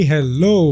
Hello